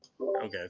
Okay